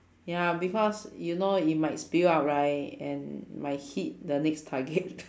ya because you know it might spill out right and might hit the next target